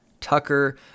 Tucker